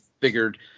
figured